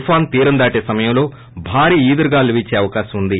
తుపాను తీరం దాటే సమయంలో భారీ ఈదురుగాలులు ఏచే అవకాశం ఉంది